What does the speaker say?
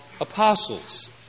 apostles